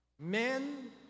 Men